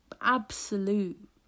absolute